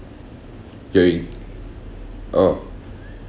your in~ oh